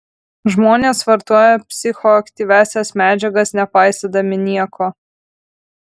žmonės vartoja psichoaktyviąsias medžiagas nepaisydami nieko